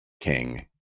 king